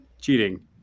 cheating